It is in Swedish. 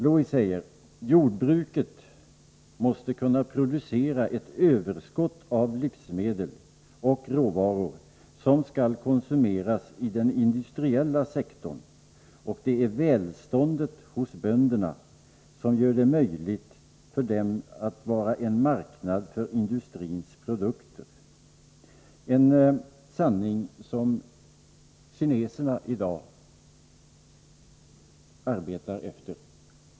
Lewis säger: ”Jordbruket måste kunna producera ett överskott av livsmedel och råvaror som skall konsumeras i den industriella sektorn, och det är välståndet hos bönderna som gör det möjligt för dem att vara en marknad för industrins produkter.” — Detta är en sanning som kineserna i dag arbetar efter.